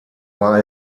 war